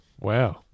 Wow